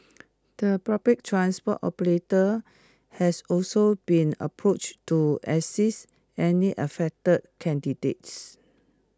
the public transport operators have also been approached to assist any affected candidates